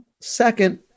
second